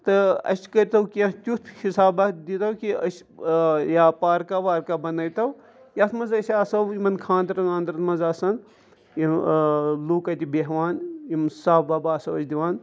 تہٕ اَسہِ کٔرۍتو کینٛہہ تیُتھ حِسابہ دیٖتو کہِ أسۍ یا پارکہ وارکہ بَنٲوۍتو یَتھ منٛز أسۍ آسہَو یِمَن خانٛدرَن وانٛدرَن منٛز آسان یہِ لُک اَتہِ بیٚہوان یِم سَب وَب آسو أسۍ دِوان